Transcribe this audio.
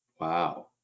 Wow